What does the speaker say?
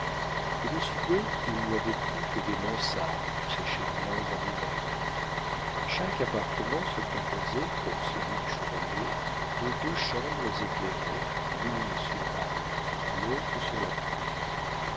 au-dessus d'eux il n'y avait plus que des mansardes où se séchait le linge en hiver chaque appartement se composait comme celui du chevalier de deux chambres éclairées l'une sur la rue l'autre sur la cour